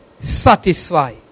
satisfy